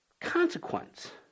consequence